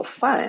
fun